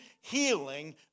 healing